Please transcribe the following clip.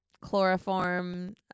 chloroform